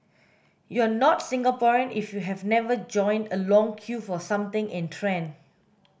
you are not Singaporean if you have never joined a long queue for something in trend